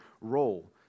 role